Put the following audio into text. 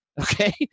Okay